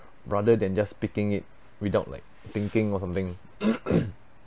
rather than just speaking it without like thinking or something